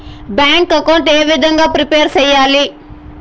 Bank account ఏ విధంగా prepare సెయ్యాలి?